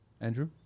Andrew